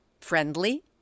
friendly